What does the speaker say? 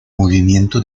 movimiento